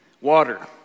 water